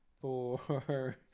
four